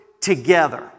together